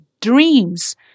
dreams